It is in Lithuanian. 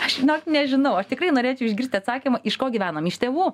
aš žinok nežinau aš tikrai norėčiau išgirsti atsakymą iš ko gyvenam iš tėvų